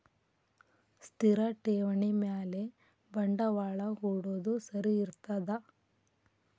ಸ್ಥಿರ ಠೇವಣಿ ಮ್ಯಾಲೆ ಬಂಡವಾಳಾ ಹೂಡೋದು ಸರಿ ಇರ್ತದಾ?